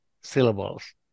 syllables